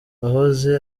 wahoze